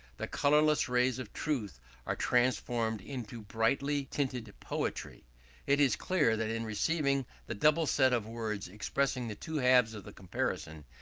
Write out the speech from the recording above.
the colourless rays of truth are transformed into brightly tinted poetry it is clear that in receiving the double set of words expressing the two halves of the comparison,